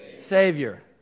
Savior